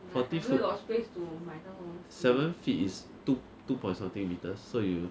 forty foot seven feet is two two point something metres so you